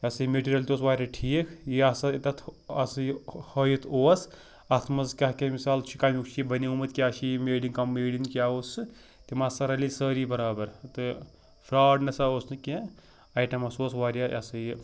یہِ ہسا یہِ میٹیٖریل تہِ اوس وارِیاہ ٹھیٖک یہِ ہَسا یہِ تَتھ یہِ ہٲیِتھ اوس اَتھ منٛز کیٛاہ کیٛاہ مِثال چھُ کَمیُک چھُ یہِ بَنیومُت کیٛاہ چھِ یہِ میڈ اِن کَم میڈ اِن کیٛاہ اوس سُہ تِم ہسا رَلے سٲری برابر تہٕ فرٛاڈ نَسا اوس نہٕ کیٚنٛہہ آیٹم ہسا اوس وارِیاہ یہِ ہسا یہِ